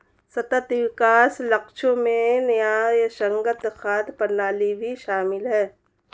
सतत विकास लक्ष्यों में न्यायसंगत खाद्य प्रणाली भी शामिल है